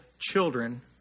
Children